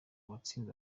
uwatsinze